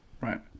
right